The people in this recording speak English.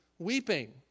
weeping